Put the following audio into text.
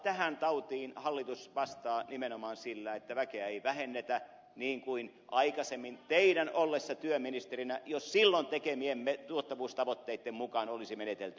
tähän tautiin hallitus vastaa nimenomaan sillä että väkeä ei vähennetä niin kuin aikaisemmin teidän ollessanne työministerinä jos silloin tekemiemme tuottavuustavoitteiden mukaan olisi menetelty